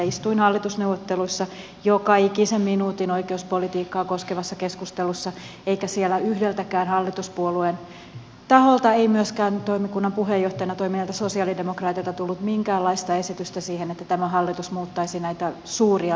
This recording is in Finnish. istuin hallitusneuvotteluissa joka ikisen minuutin oikeuspolitiikkaa koskevassa keskustelussa eikä siellä yhdenkään hallituspuolueen taholta ei myöskään toimikunnan puheenjohtajina toimineilta sosialidemokraateilta tullut minkäänlaista esitystä siitä että tämä hallitus muuttaisi näitä suuria linjoja